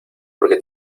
porque